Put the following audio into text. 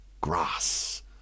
Grass